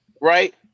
right